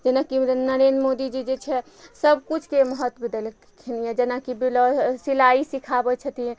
जेनाकि नरेन्द्र मोदी जी जे छै सबकिछुके महत्व देलखिन जेनाकि बिल सिलाइ सिखाबय छथिन